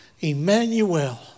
Emmanuel